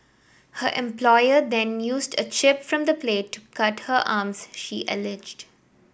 her employer then used a chip from the plate to cut her arms she alleged